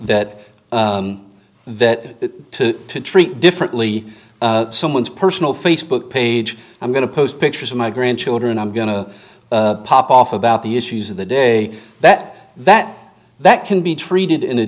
that that to treat differently someone's personal facebook page i'm going to post pictures of my grandchildren i'm going to pop off about the issues of the day that that that can be treated in a